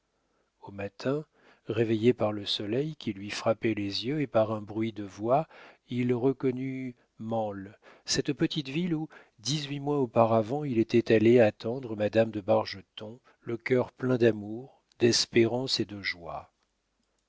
au matin réveillé par le soleil qui lui frappait les yeux et par un bruit de voix il reconnut mansle cette petite ville où dix-huit mois auparavant il était allé attendre madame de bargeton le cœur plein d'amour d'espérance et de joie